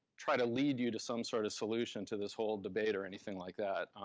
try to lead you to some sort of solution to this whole debate or anything like that.